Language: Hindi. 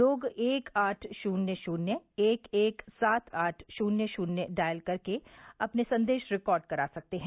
लोग एक आठ शुन्य शुन्य एक एक सात आठ शुन्य शुन्य डायल कर अपने संदेश रिकार्ड करा सकते हैं